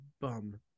bum